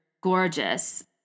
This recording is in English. gorgeous